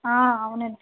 అవునండి